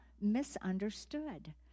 misunderstood